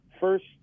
first